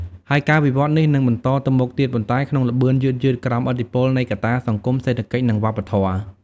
ហើយការវិវត្តន៍នេះនឹងបន្តទៅមុខទៀត ប៉ុន្តែក្នុងល្បឿនយឺតៗ ក្រោមឥទ្ធិពលនៃកត្តាសង្គម សេដ្ឋកិច្ច និងវប្បធម៌។